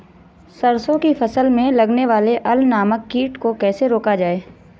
सरसों की फसल में लगने वाले अल नामक कीट को कैसे रोका जाए?